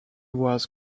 was